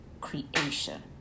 creation